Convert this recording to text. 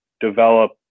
develop